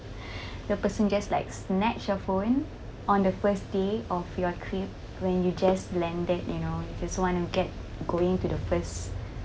the person just like snatched your phone on the first day of your trip when you just landed you know you just want to get going to the first